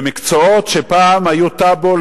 במקצועות שפעם היו טבו,